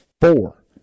four